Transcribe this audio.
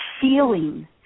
feeling